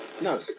No